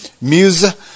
music